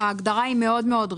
ההגדרה רחבה מאוד.